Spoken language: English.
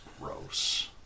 gross